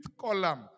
column